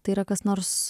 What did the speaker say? tai yra kas nors